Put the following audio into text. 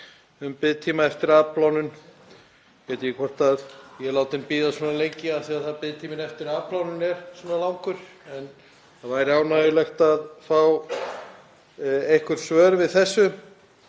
um biðtíma eftir afplánun. Ég veit ekki hvort ég er látinn bíða svona lengi af því að biðtíminn eftir afplánun er svona langur en það væri ánægjulegt að fá einhver svör við þessu.